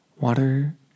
water